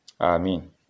Amen